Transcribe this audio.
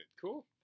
Cool